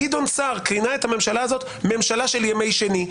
גדעון סער כינה את הממשלה הזאת "ממשלה של ימי שני".